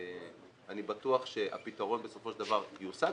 אני בטוח שהפתרון בסופו של דבר יושג.